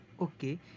okay